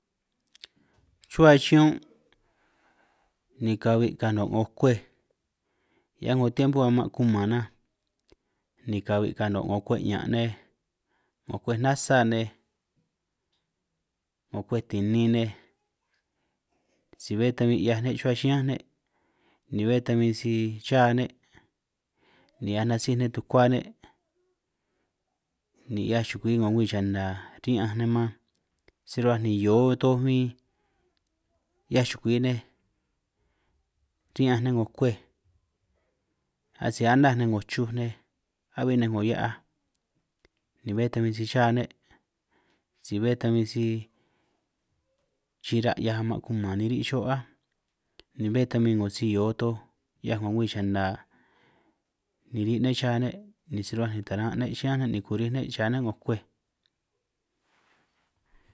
Chuhua chiñún'ni kabi' ni ka'anj naho' 'ngo kuej, hiaj 'ngo tiempo ama' kuman nan ni kabi' ka'anj naho' kuej 'ña' nej 'ngo kuej nasa nej, 'ngo kuej tinin nej si bé tan bin 'hiaj ne' chuhua chiñán ne' ni bé tan bin si cha ne', ni hiaj nasij ne' tukua ne' ni 'hiaj chukui 'ngo nkwi chana ri'ñanj nej man, si rruhuaj ni hio toj bin 'hiaj chugui nej ri'ñanj nej 'ngo kuej asij anaj nej 'ngo chuj nej, a'bi ninj 'ngo hia'aj ni bé tan bin si cha ne' si bé tan bin si chira' 'hiaj ama' kumaan ni ri' cho' áj, ni bé tan 'ngo si hio toj 'hiaj 'ngo ngwi chana ni ri' ne' cha ne' ni si rruhuaj ni taran' ne' chiñán ne' ni kurij ne' cha ne' 'ngo kuej.